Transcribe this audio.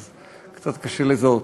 אז קצת קשה לזהות.